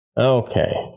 Okay